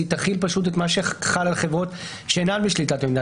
היא תחיל פשוט את מה שחל על חברות שאינן בשליטת עמדה